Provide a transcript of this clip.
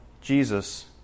Jesus